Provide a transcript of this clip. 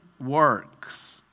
works